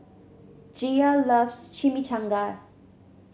Gia loves Chimichangas